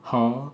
!huh!